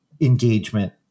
engagement